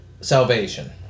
Salvation